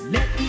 Let